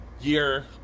year